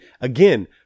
again –